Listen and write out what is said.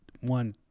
one